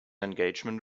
engagement